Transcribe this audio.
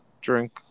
drink